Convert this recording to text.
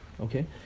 Okay